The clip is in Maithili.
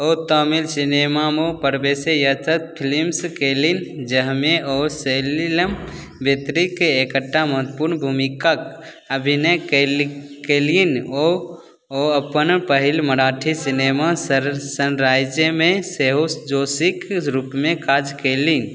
ओ तमिल सिनेमामे प्रवेश यतत फिल्मसँ कएलनि जाहिमे ओ सेललम वेत्रीके एकटा महत्वपूर्ण भूमिकाके अभिनय कएलनि ओ ओ अपन पहिल मराठी सिनेमा सन सनराइजमे सेहो जोशीके रूपमे काज कएलनि